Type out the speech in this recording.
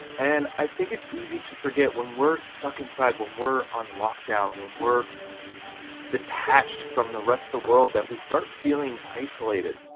and i think it's easy to forget when we're stuck inside, when we're on lockdown, when we're detached from the rest of the world, that we start feeling isolated,